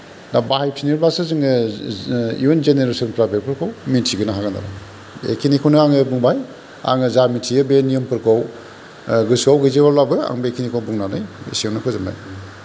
दा बाहायफिनोब्लासो जोङो बिदिनो इयुन जेनेरेसनफोरा बेफोरखौ मिथिबोनो हागोन आरो बेखिनिखौनो आङो बुंबाय आङो जा मिथियो बे नियमफोरखौ गोसोआव गैजोबाब्लाबो आं बेखिनिखौ बुंनानै एसेआवनो फोजोबबाय